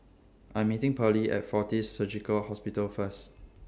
I'm meeting Pearle At Fortis Surgical Hospital First